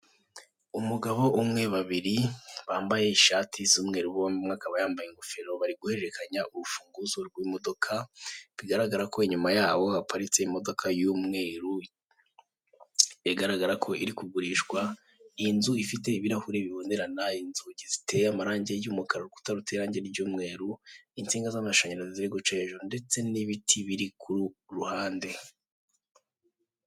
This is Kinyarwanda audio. Umugabo umwe, babiri, bambaye ishati z'umweru bombi umwe akaba yambaye ingofero, bari guhererekanya urufunguzo rw'imodoka, bigaragara ko inyuma yaho haparitse imodoka y'umweru igaragara ko iri kugurishwa, iyi nzu ifite ibirahuri bibonerana, inzugi ziteye amarangi y'umukara urukuta ruteye irangi ry'umweru, insinga z'amashanyarazi ziriguca hejuru ndetse n'ibiti biri ku ruhande.